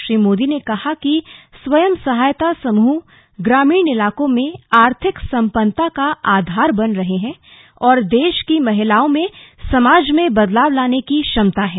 श्री मोदी ने कहा कि स्व सहायता समूह ग्रामीण इलाकों में आर्थिक सम्पन्नता का आधार बन रहे हैं और देश की महिलाओं में समाज में बदलाव लाने की क्षमता है